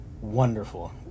wonderful